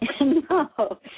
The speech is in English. no